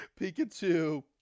Pikachu